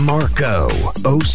Marco